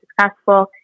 successful